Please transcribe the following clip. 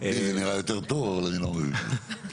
זה נראה לי יותר טוב, אבל אני לא מבין בזה.